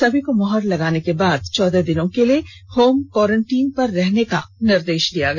सभी को मुहर लगाने के बाद चौदह दिनों के होम क्वारेंटीन पर रहने का निर्देश दिया गया